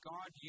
God